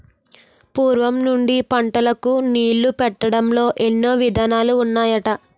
పూర్వం నుండి పంటలకు నీళ్ళు పెట్టడంలో ఎన్నో విధానాలు ఉన్నాయట